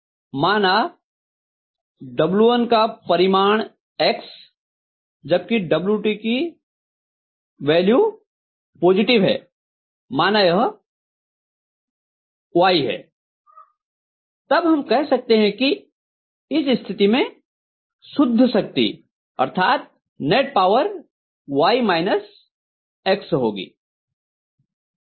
माना W1 का परिमाण X जबकि W2 की वैल्यू पॉजिटिव है माना यह Y है तब हम कह सकते कि इस स्थिति में शुद्ध शक्ति Y − X होगी